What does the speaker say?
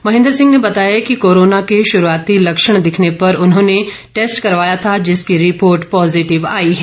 महेन्द्र सिंह ने बताया कि कोरोना के शुरूआती लक्षण दिखने पर उन्होंने टैस्ट करवाया था जिसकी रिपोर्ट पॉज़िटिव आई है